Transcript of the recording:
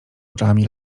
oczami